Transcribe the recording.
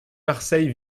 marseille